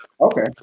Okay